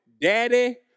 daddy